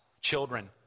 children